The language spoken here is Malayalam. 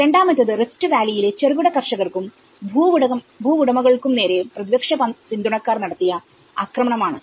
രണ്ടാമത്തേത് റിഫട് വാല്ലിയിലെ ചെറുകിട കർഷകർക്കും ഭൂവുടമകൾക്കും നേരെ പ്രതിപക്ഷ പിന്തുണക്കാർ നടത്തിയ ആക്രമണമാണ്